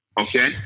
Okay